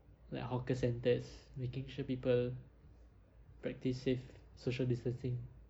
like hawker centres making sure people practise safe social distancing